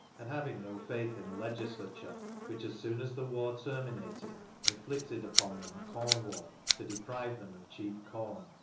and having no faith in a legisla ture which as soon as the war terminated inflicted upon them a corn law to deprive them of cheap com,